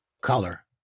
color